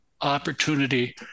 opportunity